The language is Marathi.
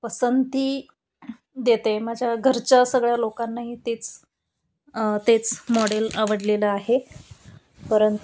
पसंती देते माझ्या घरच्या सगळ्या लोकांनाही तेच तेच मॉडेल आवडलेलं आहे परंतु